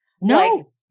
No